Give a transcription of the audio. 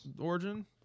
origin